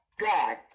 God